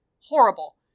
Horrible